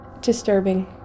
disturbing